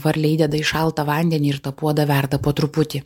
varlę įdeda į šaltą vandenį ir tą puodą verda po truputį